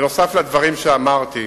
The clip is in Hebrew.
נוסף על הדברים שאמרתי,